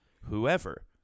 whoever